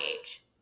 age